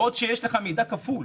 ועוד שיש לך מידע כפול.